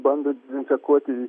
bando dezinfekuoti